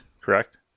correct